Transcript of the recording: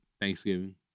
Thanksgiving